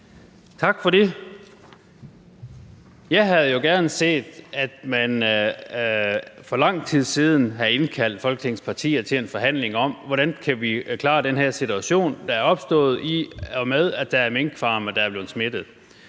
Tak for det. Jeg havde jo gerne set, at man for lang tid siden havde indkaldt Folketingets partier til en forhandling om, hvordan vi kunne klare den her situation, der er opstået, i og med at der er minkfarme, der er blevet smittet.